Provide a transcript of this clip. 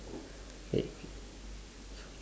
K